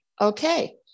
Okay